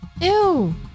Ew